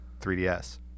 3DS